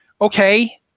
okay